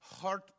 heart